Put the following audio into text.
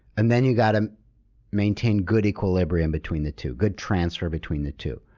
and then you got to maintain good equilibrium between the two, good transfer between the two.